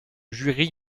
jury